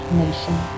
nation